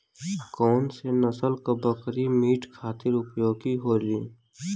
कौन से नसल क बकरी मीट खातिर उपयोग होली?